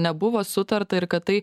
nebuvo sutarta ir kad tai